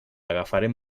agafarem